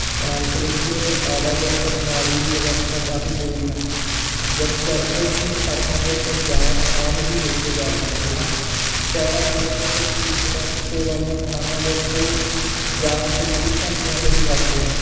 ਭਾਰਤ ਵਿੱਚ ਆਵਾਜਾਈ ਪ੍ਰਣਾਲੀ ਦੀ ਅਵਸਥਾ ਕਾਫ਼ੀ ਬੁਰੀ ਹੈ ਦਿਨ ਚੜ੍ਹਦੇ ਹੀ ਸੜਕਾਂ ਦੇ ਉੱਤੇ ਜਾਮ ਆਮ ਹੀ ਵੇਖੇ ਜਾ ਸਕਦੇ ਹਨ ਸ਼ਹਿਰਾਂ ਦੇ ਵਿੱਚ ਅਤੇ ਭੀੜ ਭੜੱਕੇ ਵਾਲੀਆਂ ਥਾਵਾਂ ਦੇ ਉੱਤੇ ਜਾਮ ਕਈ ਕਈ ਘੰਟਿਆਂ ਦੇ ਵੀ ਲੱਗਦੇ ਹਨ